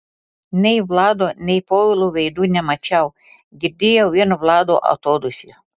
nei vlado nei povilo veidų nemačiau girdėjau vien vlado atodūsį